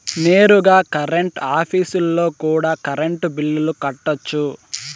నేరుగా కరెంట్ ఆఫీస్లో కూడా కరెంటు బిల్లులు కట్టొచ్చు